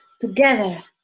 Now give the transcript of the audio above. together